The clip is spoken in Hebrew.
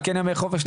כן ימי חופש,